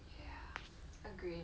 ya agree